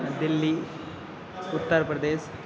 दिल्लि उत्तरप्रदेशः